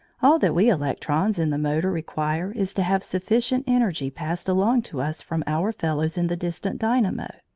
all that we electrons in the motor require is to have sufficient energy passed along to us from our fellows in the distant dynamo.